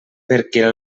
perquè